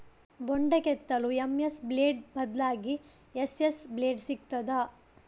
ಬೊಂಡ ಕೆತ್ತಲು M S blade ಬದ್ಲಾಗಿ ಎಸ್.ಎಸ್ ಬ್ಲೇಡ್ ಸಿಕ್ತಾದ?